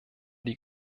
die